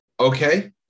Okay